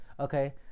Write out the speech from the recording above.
Okay